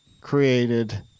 created